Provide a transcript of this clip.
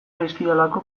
zaizkidalako